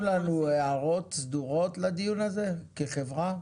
לנו הערות סדורות לדיון הזה כחברה?